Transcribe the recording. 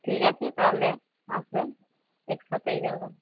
ঠিক আছে তাহলে আসুন একসাথেই যাব